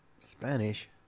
Spanish